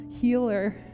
healer